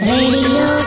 Radio